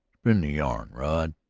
spin the yarn, rod.